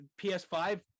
ps5